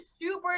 super